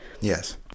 Yes